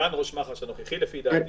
וסגן ראש מח"ש הנוכחי לפי דעתי,